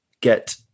get